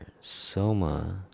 Soma